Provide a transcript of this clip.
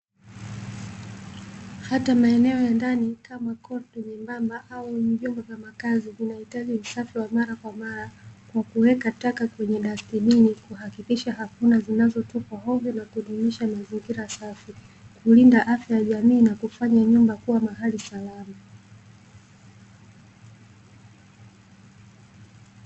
Hata maeneo ya ndani kama korido nyembamba au vyumba vya makazi vinahitaji usafi wa mara kwa mara kwa kuweka taka kwenye dastibini, kuhakikisha hakuna zinazotupwa hovyo na kudumisha mazingira safi, kulinda afya ya jamii na kufanya nyumba kuwa mahali salama.